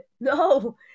No